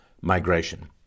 migration